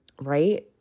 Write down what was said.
right